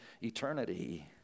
eternity